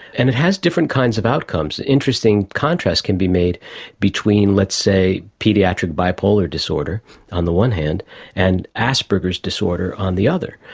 and it has different kinds of outcomes. an interesting contrast can be made between, let's say, paediatric bipolar disorder on the one hand and asperger's disorder on the other.